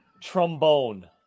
trombone